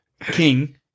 King